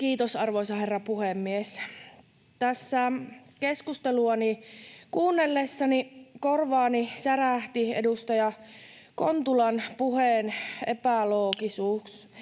Kiitos, arvoisa herra puhemies! Tässä keskustelua kuunnellessani korvaani särähti edustaja Kontulan puheen epäloogisuus: